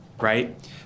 right